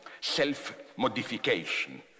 self-modification